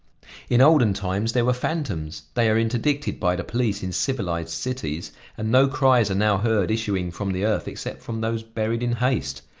in olden times there were fantoms they are interdicted by the police in civilized cities and no cries are now heard issuing from the earth except from those buried in haste.